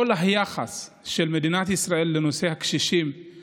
אני חושב שכל היחס של מדינת ישראל לנושא הקשישים,